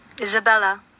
Isabella